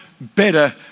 better